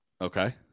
Okay